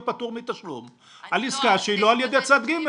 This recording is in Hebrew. פטור מתשלום על עסקה שהיא לא על ידי צד ג'.